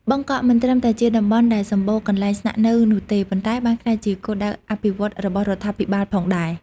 បឹងកក់មិនត្រឹមតែជាតំបន់ដែលសម្បូរកន្លែងស្នាក់នៅនោះទេ ប៉ុន្តែបានក្លាយជាគោលដៅអភិវឌ្ឍរបស់រដ្ឋាភិបាលផងដែរ។